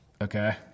Okay